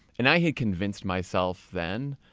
and i had convinced myself then,